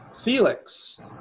Felix